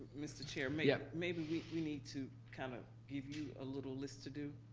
mr. chairman? yeah. maybe we we need to kind of give you a little list to do?